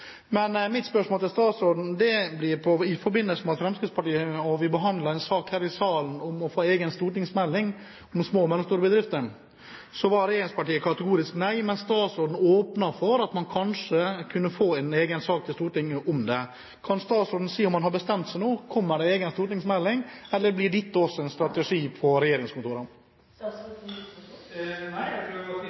Men mitt spørsmål til statsråden blir: I forbindelse med at vi behandlet en sak her i salen om å få en egen stortingsmelding om små og mellomstore bedrifter, så var regjeringspartienes svar kategorisk nei, men statsråden åpnet for at man kanskje kunne få en egen sak til Stortinget om det. Kan statsråden si om han har bestemt seg nå? Kommer det en egen stortingsmelding? Eller blir dette også en strategi på regjeringskontorene? Nei, jeg